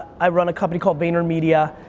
i run a company called vaynermedia.